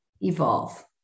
evolve